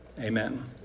amen